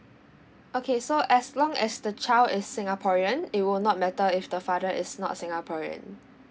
okay so as long as the child is singaporean it will not matter if the father is not singaporean